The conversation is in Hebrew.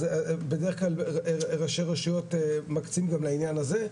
אז בדרך-כלל ראשי רשויות מקצים גם לעניין הזה.